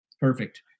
perfect